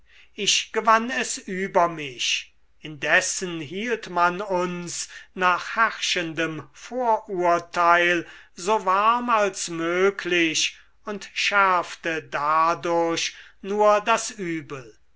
ich gewann es über mich indessen hielt man uns nach herrschendem vorurteil so warm als möglich und schärfte dadurch nur das übel